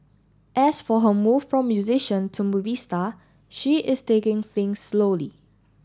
as for her move from musician to movie star she is taking things slowly